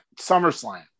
SummerSlam